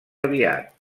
aviat